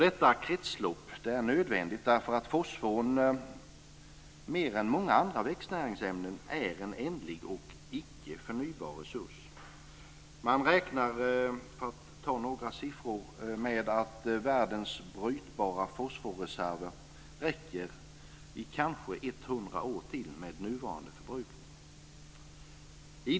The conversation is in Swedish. Detta kretslopp är nödvändigt därför att fosforn mer än många andra växtnäringsämnen är en ändlig och icke förnybar resurs. Man räknar för att ta några siffror med att världens brytbara fosforreserver räcker i kanske 100 år till med nuvarande förbrukning.